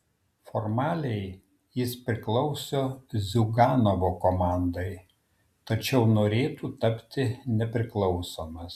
formaliai jis priklauso ziuganovo komandai tačiau norėtų tapti nepriklausomas